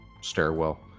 stairwell